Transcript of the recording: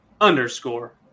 underscore